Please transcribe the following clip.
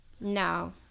no